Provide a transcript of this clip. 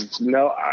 no